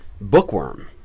Bookworm